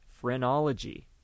phrenology